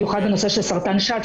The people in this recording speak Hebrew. במיוחד לנושא של סרטן שד,